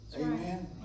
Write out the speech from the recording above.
Amen